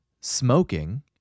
smoking